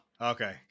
okay